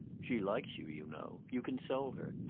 she likes you, you know. you console her.